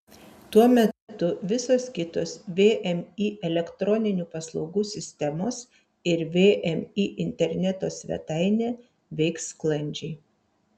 tuo metu visos kitos vmi elektroninių paslaugų sistemos ir vmi interneto svetainė veiks sklandžiai